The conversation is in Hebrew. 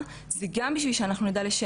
חשוב להבין שלא כולם עברייני מין,